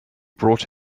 brought